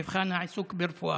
מבחן העיסוק ברפואה.